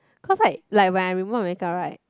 cause like like I remove makeup right